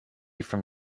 from